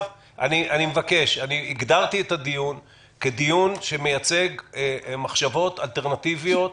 הגדרתי את הדיון כדיון שמייצג מחשבות אלטרנטיביות,